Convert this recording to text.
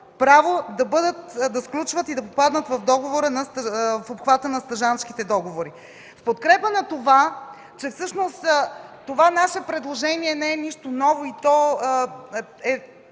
право да сключват и да попаднат в обхвата на стажантските договори. В подкрепа на това, че предложението ни не е нищо ново, то е